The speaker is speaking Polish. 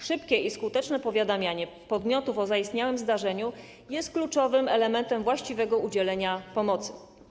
Szybkie i skuteczne powiadamianie podmiotów o zaistniałym zdarzeniu jest kluczowym elementem właściwego udzielenia pomocy.